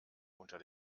unter